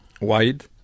wide